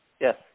Yes